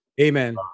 Amen